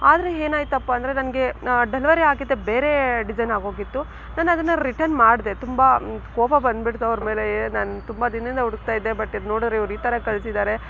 ಆದರೆ ಏನಾಯ್ತಪ್ಪಾ ಅಂದರೆ ನನಗೆ ಡೆಲಿವರಿ ಆಗಿದ್ದೇ ಬೇರೆ ಡಿಸೈನ್ ಆಗೋಗಿತ್ತು ನಾನು ಅದನ್ನು ರಿಟರ್ನ್ ಮಾಡಿದೆ ತುಂಬ ಕೋಪ ಬಂದ್ಬಿಡ್ತು ಅವರ ಮೇಲೆ ಯೇ ನಾನು ತುಂಬ ದಿನದಿಂದ ಹುಡಕ್ತಾಯಿದ್ದೆ ಬಟ್ ಇದು ನೋಡಿದ್ರೆ ಇವ್ರು ಈ ಥರ ಕಳಿಸಿದ್ದಾರೆ